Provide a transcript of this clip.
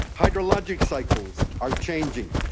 hydrologic cycles are changing.